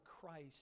Christ